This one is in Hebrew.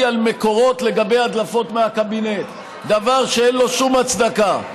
על מקורות לגבי הדלפות מהקבינט דבר שאין לו שום הצדקה.